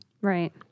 Right